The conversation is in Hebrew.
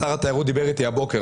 שר התיירות דיבר איתי הבוקר.